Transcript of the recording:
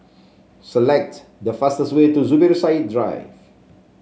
select the fastest way to Zubir Said Drive